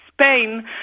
Spain